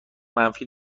منفی